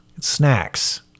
Snacks